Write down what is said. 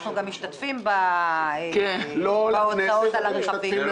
אנחנו גם משתתפים בהוצאות על הרכבים.